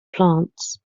plants